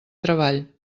treball